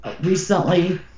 recently